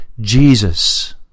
Jesus